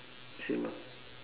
same ah